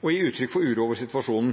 og gir uttrykk for uro over situasjonen.